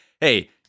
hey